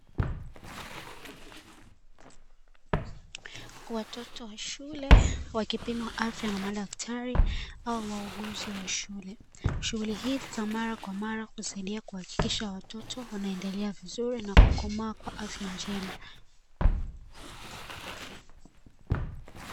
Watoto wa shule wakipimwa afya na madaktari au wauguzi wa shule. Shughuli hii nikwa mara kwa mara kusadia kuhakikisha watoto wanaendelea vizuri, na kukomaa kwa afya njema.